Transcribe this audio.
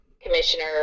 commissioner